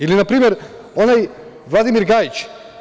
Ili, na primer, onaj Vladimir Gajić.